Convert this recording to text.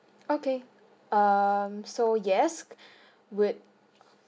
okay um so yes with